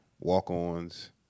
walk-ons